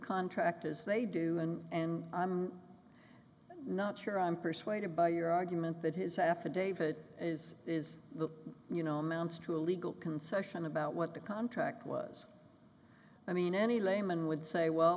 contract as they do and and i'm not sure i'm persuaded by your argument that his affidavit is is the you know mounts to a legal concession about what the contract was i mean any layman would say well